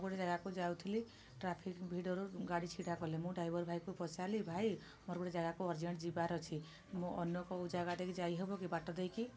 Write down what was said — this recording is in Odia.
ମୁଁ ଗୋଟେ ଯାଗାକୁ ଯାଉଥିଲି ଟ୍ରାଫିକ୍ ଭିଡ଼ରୁ ଗାଡ଼ି ଛିଡ଼ା କଲେ ମୁଁ ଡ଼୍ରାଇଭର୍ ଭାଇକୁ ପଚାରିଲି ଭାଇ ମୋର ଗୋଟେ ଜାଗାକୁ ଅରଜେଣ୍ଟ୍ ଯିବାର ଅଛି ମୁଁ ଅନ୍ୟ କେଉଁ ଜାଗା ଦେଇକି ଯାଇ ହେବ କି ବାଟ ଦେଇକି